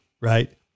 right